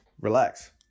Relax